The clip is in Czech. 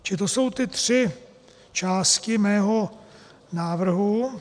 Čili to jsou tři části mého návrhu.